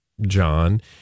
John